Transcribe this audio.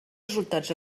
resultats